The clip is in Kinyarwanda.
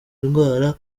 ndwara